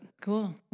Cool